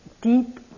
deep